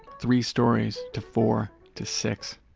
three stories to four to six